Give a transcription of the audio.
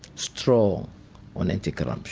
strong on anti-corruption,